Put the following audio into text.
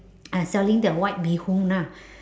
and selling the white bee hoon lah